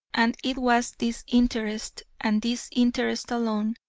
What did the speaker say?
and it was this interest, and this interest alone,